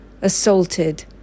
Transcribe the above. assaulted